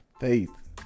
Faith